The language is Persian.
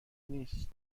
نیست